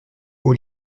aux